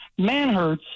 Manhurts